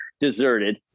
deserted